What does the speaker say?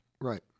Right